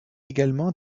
également